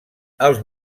els